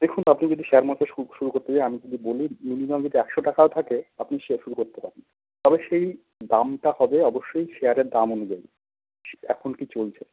দেখুন আপনি যদি শেয়ার মার্কেট শুরু করতে চান আমি বলি মিনিমাম যদি একশো টাকাও থাকে আপনি শেয়ার শুরু করতে পারেন তবে সেই দামটা হবে অবশ্যই শেয়ারের দাম অনুযায়ী এখন কী চলছে